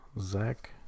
Zach